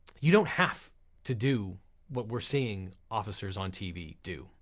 you don't have to do what we're seeing officers on tv do,